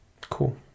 Cool